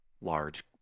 large